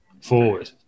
forward